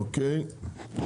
אוקיי.